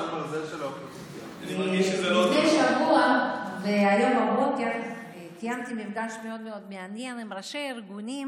לפני שבוע והיום בבוקר קיימתי מפגש מאוד מאוד מעניין עם ראשי ארגונים